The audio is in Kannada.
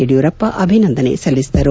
ಯಡಿಯೂರಪ್ಪ ಅಭಿನಂದನೆ ಸಲ್ಲಿಸಿದರು